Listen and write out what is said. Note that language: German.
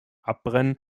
abbrennen